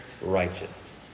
righteous